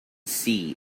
see